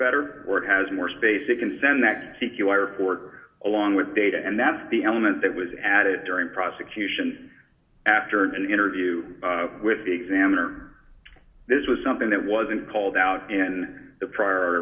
better or it has more space it can send that c q i report along with data and that's the element that was added during prosecution after an interview with examiner this was something that wasn't called out in the prior